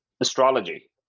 astrology